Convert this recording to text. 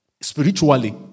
spiritually